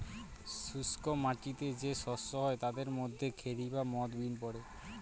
শুস্ক মাটিতে যে শস্য হয় তাদের মধ্যে খেরি বা মথ, বিন পড়ে